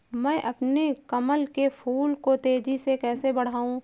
मैं अपने कमल के फूल को तेजी से कैसे बढाऊं?